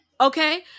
Okay